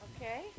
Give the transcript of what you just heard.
Okay